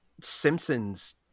Simpsons